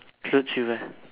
clothes you buy